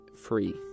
free